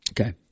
Okay